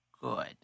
good